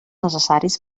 necessaris